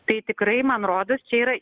tai tikrai man rodos čia yra